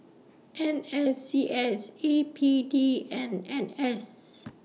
N S C S A P D and N S